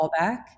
fallback